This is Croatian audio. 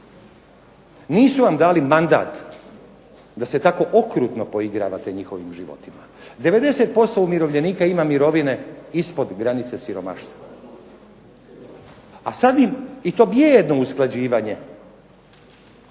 nisu vam dali mandat da se tako okrutno poigravate njihovim životima. 90% umirovljenika ima mirovine ispod granice siromaštva, a sad im i to bijedno usklađivanje